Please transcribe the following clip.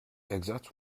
exact